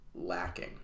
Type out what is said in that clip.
lacking